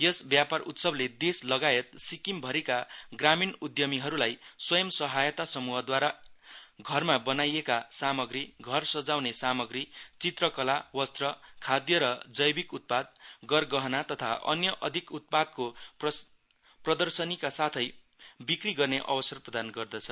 यस व्यापार उत्सवले देश लगायत सिक्किम भरीका ग्रामीण उध्मीहरूलाई स्वयम सहायता समूहद्वारा घरमा बनाइएका सामग्री घर सजाउने सामग्री चित्रकला वस्त्र खाध् र जैविक उत्पाद गरगहना तथा अन्य अधिक उत्पादको प्रदशनीका साथै विक्रि गर्ने अवसर प्रदान गर्दछ